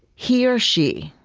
he or she